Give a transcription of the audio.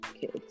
kids